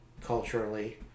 culturally